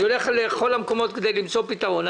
אני הולך לכל המקומות כדי למצוא פתרון.